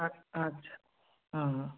আ আচ্ছা হ্যাঁ হ্যাঁ